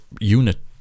unit